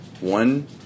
One